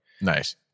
Nice